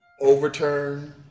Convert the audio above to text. overturn